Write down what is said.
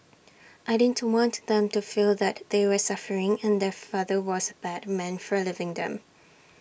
I didn't want them to feel that they were suffering and their father was bad man for leaving them